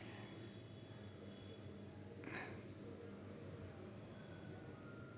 కందికోత నుర్పిల్లలో post harvesting జాగ్రత్తలు ఏంటివి?